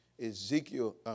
Ezekiel